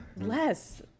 Less